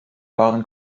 waren